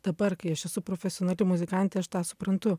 dabar kai aš esu profesionali muzikantė aš tą suprantu